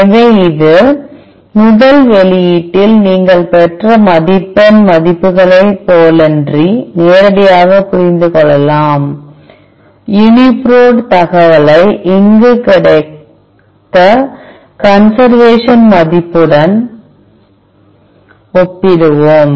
எனவே இது முதல் வெளியீட்டில் நீங்கள் பெற்ற மதிப்பெண் மதிப்புகளைப் போலன்றி நேரடியாகப் புரிந்து கொள்ளலாம் யூனிபிரோட் தகவலை இங்கு கிடைத்த கன்சர்வேஷன் மதிப்புடன் ஒப்பிடுவோம்